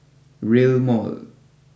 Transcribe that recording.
rail Mall